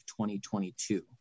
2022